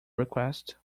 request